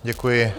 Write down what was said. Děkuji.